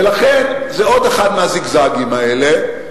ולכן, זה עוד אחד מהזיגזגים האלה.